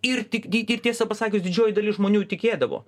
ir tik ir tiesą pasakius didžioji dalis žmonių tikėdavo